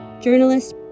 journalists